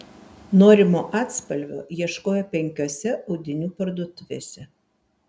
norimo atspalvio ieškojo penkiose audinių parduotuvėse